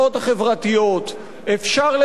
אפשר לממן את החברה הישראלית,